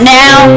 now